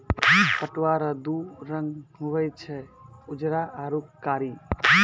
पटुआ रो दू रंग हुवे छै उजरा आरू कारी